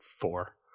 four